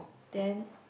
then